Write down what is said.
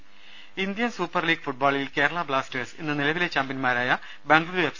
ദർവ്വെട്ടറ Indian super league ഫുട്ബോളിൽ Kerala Blasters ഇന്ന് നിലവിലെ ചാമ്പ്യൻമാരായ ബംഗളുരു എഫ്